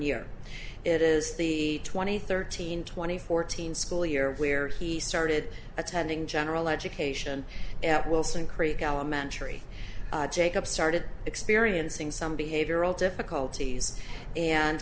year it is the twenty thirteen twenty fourteen school year where he started attending general education at wilson creek elementary jacobs started experiencing some behavioral difficulties and